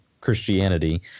Christianity